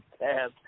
Yes